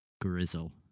Grizzle